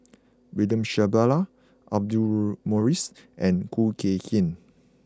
William Shellabear Audra Morrice and Khoo Kay Hian